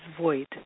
void